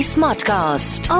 Smartcast